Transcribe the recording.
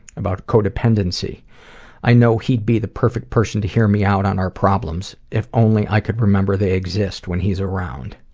about codependency i know he'd be the perfect person to hear me out on our problems, if only i could remember they exist when he is around.